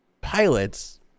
pilots